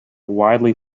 wildly